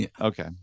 Okay